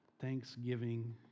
Thanksgiving